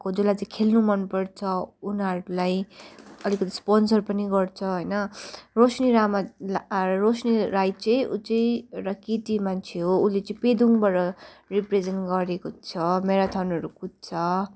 जसलाई चाहिँ खेल्नु मनपर्छ उनीहरूलाई अलिकति स्पोनसर पनि गर्छ होइन रोशनी लामा रोशनी राई चाहिँ ऊ चाहिँ एउटा केटी मान्छे हो उसले चाहिँ पेदोङबाट रिप्रेजेन्ट गरेको छ म्याराथनहरू कुद्छ